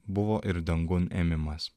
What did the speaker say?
buvo ir dangun ėmimas